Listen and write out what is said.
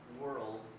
world